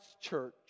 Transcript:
church